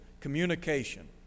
communication